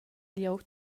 glieud